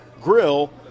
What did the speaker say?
Grill